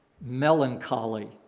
melancholy